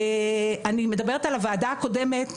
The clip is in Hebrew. אני מדברת על הוועדה הקודמת,